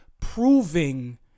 proving